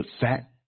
fat